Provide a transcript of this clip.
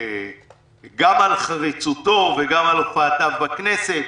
גם על חריצותו וגם על הופעתו בכנסת,